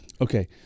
Okay